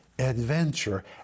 adventure